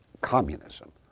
communism